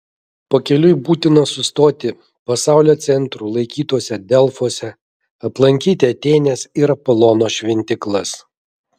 pakeliui būtina sustoti pasaulio centru laikytuose delfuose aplankyti atėnės ir apolono šventyklas